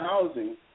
housing